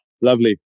Lovely